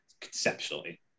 conceptually